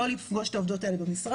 כדי לא לפגוש את העובדות האלה במשרד,